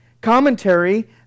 commentary